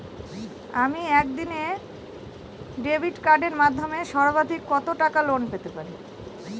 আমি একদিনে ডেবিট কার্ডের মাধ্যমে সর্বাধিক কত টাকা পেতে পারি?